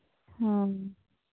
ᱦᱮᱸ